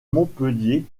montpellier